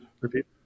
Repeat